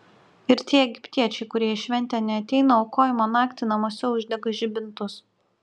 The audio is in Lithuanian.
ir tie egiptiečiai kurie į šventę neateina aukojimo naktį namuose uždega žibintus